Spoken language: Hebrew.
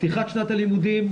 פתיחת שנת הלימודים,